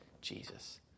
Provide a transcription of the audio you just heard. Jesus